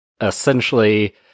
essentially